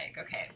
okay